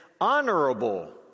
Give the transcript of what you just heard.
honorable